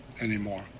anymore